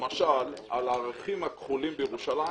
למשל על האריחים הכחולים בירושלים,